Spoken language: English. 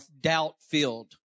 doubt-filled